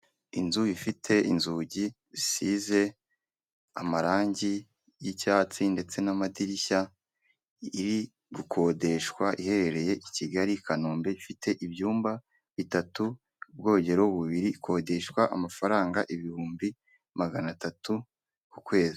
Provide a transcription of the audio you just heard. Inzu ifite inzugi zisize amarangi y'icyatsi ndetse n'amadirishya; iri gukodeshwa iherereye i kigali i kanombe ifite ibyumba bitatu ubwogero bubiri ikodeshwa amafaranga ibihumbi magana atatu ku kwezi.